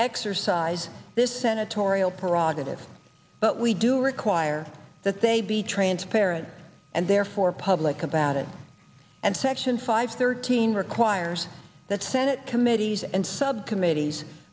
exercise this senatorial prerogative but we do require that they be transparent and therefore public about it and section five thirteen requires that senate committees and subcommittees